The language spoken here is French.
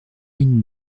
une